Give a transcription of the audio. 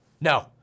No